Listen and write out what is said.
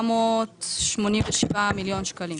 עם 487 מיליון שקלים.